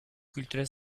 kültüre